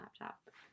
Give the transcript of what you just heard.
laptop